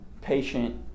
patient